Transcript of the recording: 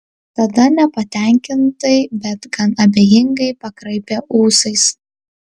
tada nepatenkintai bet gan abejingai pakraipė ūsais